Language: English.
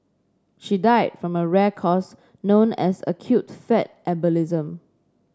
she died from a rare cause known as acute fat embolism